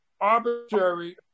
arbitrary